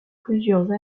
plusieurs